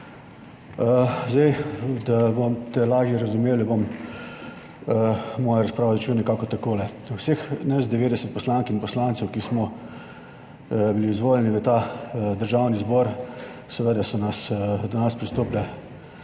Zdaj, da boste lažje razumeli, bom mojo razpravo začel nekako takole. Vseh nas 90 poslank in poslancev, ki smo bili izvoljeni v ta Državni zbor, seveda so nas, do nas pristopile